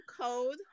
cold